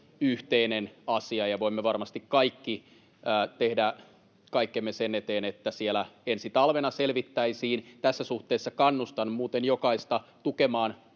yhteinen asia, ja voimme varmasti kaikki tehdä kaikkemme sen eteen, että siellä ensi talvena selvittäisiin. Tässä suhteessa kannustan muuten jokaista tukemaan